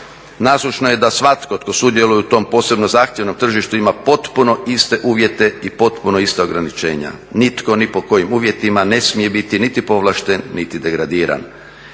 Nasušno je da svatko tko sudjeluje u tom posebno zahtjevnom tržištu ima potpuno iste uvjete i potpuno ista ograničenja. Nitko ni po kojim uvjetima ne smije biti niti povlašten niti degradiran.